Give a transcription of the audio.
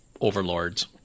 overlords